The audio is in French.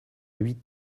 huit